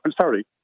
sorry